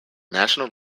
national